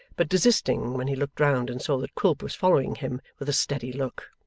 but desisting when he looked round and saw that quilp was following him with a steady look.